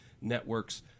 networks